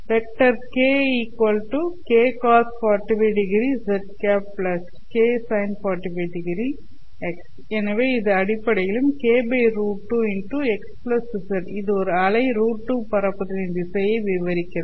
vector k' k cos 45° z ¿ k sin 45° x எனவே இது அடிப்படையில் இது அலை √2 பரப்புதலின் திசையை விவரிக்கிறது